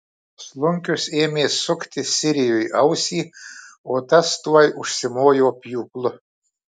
slunkius ėmė sukti sirijui ausį o tas tuoj užsimojo pjūklu